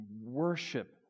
worship